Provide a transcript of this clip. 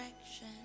direction